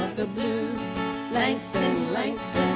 the blues langston, langston,